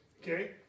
Okay